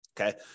Okay